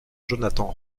jonathan